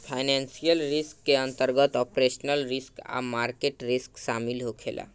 financial risk के अंतर्गत operational risk आ मार्केट रिस्क शामिल होखे ला